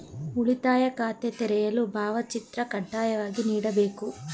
ಉಳಿತಾಯ ಖಾತೆ ತೆರೆಯಲು ಭಾವಚಿತ್ರ ಕಡ್ಡಾಯವಾಗಿ ನೀಡಬೇಕೇ?